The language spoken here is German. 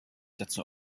dazu